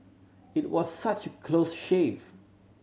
it was such close shave